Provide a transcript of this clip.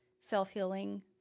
self-healing